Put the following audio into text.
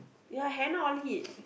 ya Hannah all hid